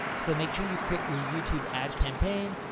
so make sure your create your youtube ad campaign,